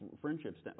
friendships